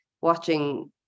watching